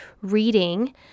reading